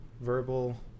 Verbal